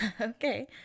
okay